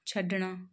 ਛੱਡਣਾ